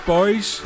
Boys